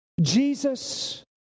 Jesus